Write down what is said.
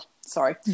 sorry